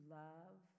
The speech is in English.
love